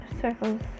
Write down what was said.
circles